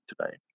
today